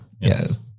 Yes